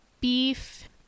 beef